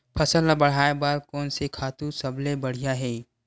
फसल ला बढ़ाए बर कोन से खातु सबले बढ़िया हे?